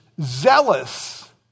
zealous